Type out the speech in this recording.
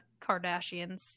Kardashians